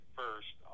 first